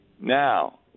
Now